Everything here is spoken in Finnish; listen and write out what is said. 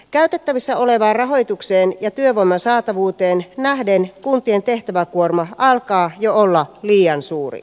käytettävissä olevaan rahoitukseen ja työvoiman saatavuuteen nähden kuntien tehtäväkuorma alkaa jo olla liian suuri